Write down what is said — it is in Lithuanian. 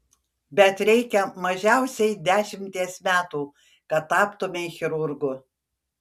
bet reikia mažiausiai dešimties metų kad taptumei chirurgu